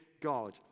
God